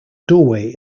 doorway